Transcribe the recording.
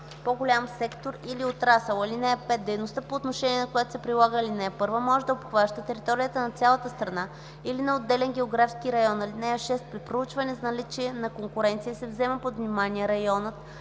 по-голям сектор или отрасъл. (5) Дейността, по отношение на която се прилага ал. 1, може да обхваща територията на цялата страна или на отделен географски район. (6) При проучване за наличие на конкуренция се взема под внимание районът,